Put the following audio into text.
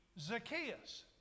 Zacchaeus